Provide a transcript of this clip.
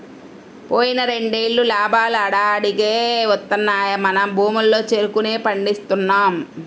పోయిన రెండేళ్ళు లాభాలు ఆడాడికే వత్తన్నా మన భూముల్లో చెరుకునే పండిస్తున్నాం